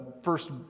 first